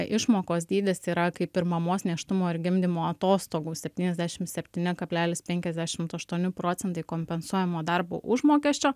išmokos dydis yra kaip ir mamos nėštumo ir gimdymo atostogų septyniasdešimt septyni kablelis penkiasdešimt aštuoni procentai kompensuojamo darbo užmokesčio